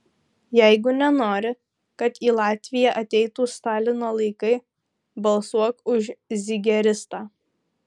jeigu nenori kad į latviją ateitų stalino laikai balsuok už zigeristą